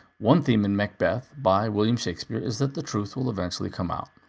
one theme in macbeth by william shakespeare is that the truth will eventually come out.